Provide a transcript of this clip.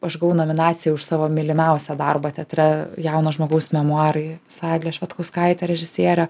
aš gavau nominaciją už savo mylimiausią darbą teatre jauno žmogaus memuarai su egle švedkauskaite režisiere